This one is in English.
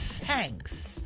Thanks